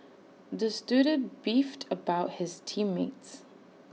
the student beefed about his team mates